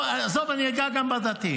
עזוב, אני אגע גם בדתיים.